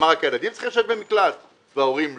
רק הילדים צריכים לשבת במקלט וההורים לא?